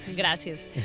Gracias